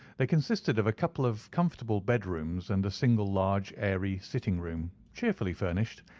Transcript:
they consisted of a couple of comfortable bed-rooms and a single large airy sitting-room, cheerfully furnished,